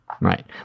Right